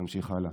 נמשיך הלאה.